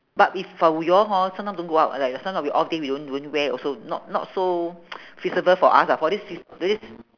but if for we all hor sometime don't go out leh we sometime we all think we won't won't wear also not not so feasible for us lah for this se~ this